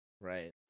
right